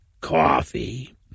coffee